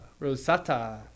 Rosata